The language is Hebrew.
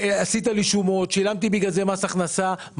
עשית לי שומות, שילמתי בגלל זה מס הכנסה.